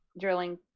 drilling